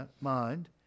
mind